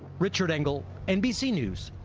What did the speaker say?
richard engel, nbc news,